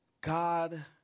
God